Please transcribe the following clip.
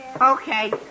Okay